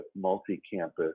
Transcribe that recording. multi-campus